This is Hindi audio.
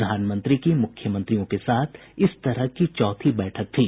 प्रधानमंत्री की मुख्यमंत्रियों के साथ यह इस तरह की चौथी बैठक थी